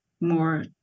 more